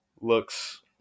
looks